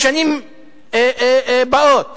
לשנים הבאות.